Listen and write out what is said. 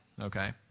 okay